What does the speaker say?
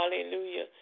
Hallelujah